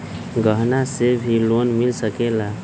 गहना से भी लोने मिल सकेला?